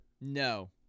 No